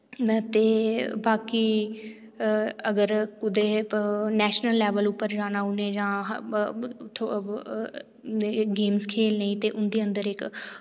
न ते बाकि अगर कुतै नैशनल लैवल उप्पर जाना उ'ने जां गेम्ज खेलने ई ते उं'दे अंदर